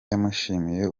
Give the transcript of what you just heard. yamushimiye